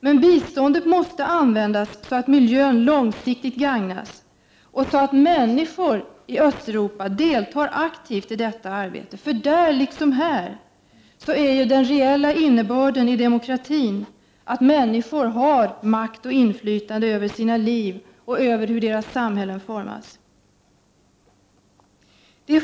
Men detta bistånd måste användas så att miljön långsiktigt gagnas och så att människor i Östeuropa deltar aktivt i detta arbete. Där liksom här är ju den reella innebörden i begreppet demokrati att människor har makt och inflytande över sina liv och över hur deras samhälle formas.